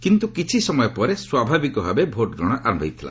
କିନ୍ତୁ କିଛି ସମୟ ପରେ ସ୍ୱାଭାବିକ ଭାବେ ଭୋଟ୍ଗ୍ରହଣ ଆରମ୍ଭ ହୋଇଥିଲା